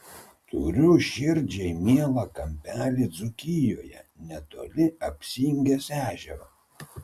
turiu širdžiai mielą kampelį dzūkijoje netoli apsingės ežero